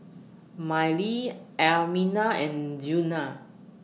Mylie Almina and Djuna